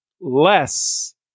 less